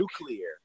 nuclear